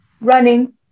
running